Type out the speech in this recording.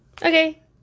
Okay